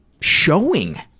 showing